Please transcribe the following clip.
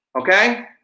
okay